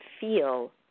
feel